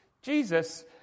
Jesus